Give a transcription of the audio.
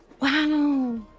wow